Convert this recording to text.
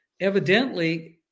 evidently